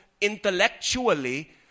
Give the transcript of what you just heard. intellectually